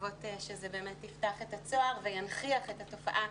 מקוות שזה באמת יפתח את הצוהר וינכיח את התופעה